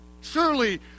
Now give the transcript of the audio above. Surely